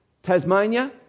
Tasmania